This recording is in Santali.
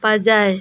ᱯᱟᱸᱡᱟᱭ